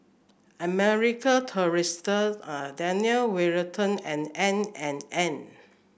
American Tourister Daniel Wellington and N and N